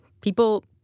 People